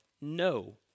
no